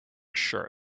sure